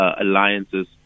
alliances